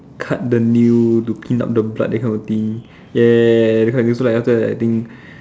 cut the nail to clean up the blood that kind of thing ya ya ya so like after that thing